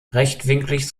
rechtwinklig